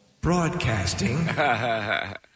broadcasting